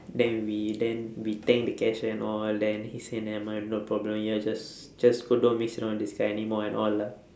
then we then we thank the cashier and all then he say nevermind no problem you all just just hope don't mix around with this kind anymore and all lah